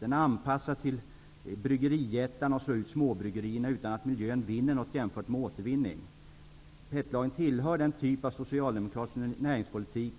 Den är anpassad till bryggerijättarna och slår ut småbryggerierna utan att miljön vinner något jämfört med återvinning. PET-lagen tillhör den typ av socialdemokratisk näringspolitik